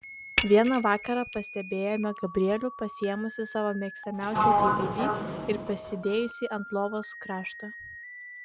vieną vakarą pastebėjome gabrielių pasiėmusį savo mėgstamiausią dvd ir pasidėjusį ant lovos krašto